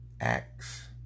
acts